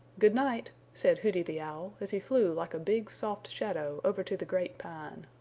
good night, said hooty the owl, as he flew like a big soft shadow over to the great pine.